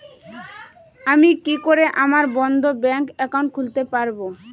আমি কি করে আমার বন্ধ ব্যাংক একাউন্ট খুলতে পারবো?